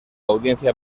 audiencia